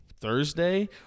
Thursday